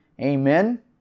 amen